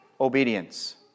obedience